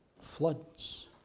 Floods